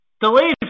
delayed